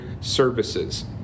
Services